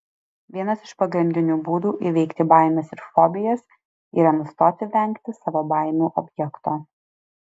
vienas iš pagrindinių būdų įveikti baimes ir fobijas yra nustoti vengti savo baimių objekto